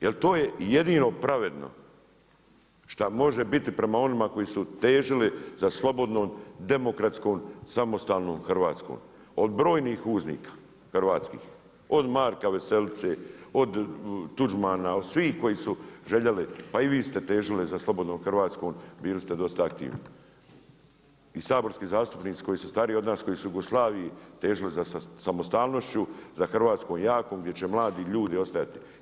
Jer to je djedino pravedno šta može biti prema onima koji su težili za slobodnom, demokratskom, samostalnom Hrvatskom od brojnih uznika hrvatskih od Marka Veselice od Tuđmana od svih koji su željeli pa i vi ste težili za slobodnom Hrvatskom, bili ste dosta aktivni i saborski zastupnici koji su stariji od nas koji su u Jugoslaviji težili za samostalnošću, za Hrvatskom jakom gdje će mladi ljudi ostajati.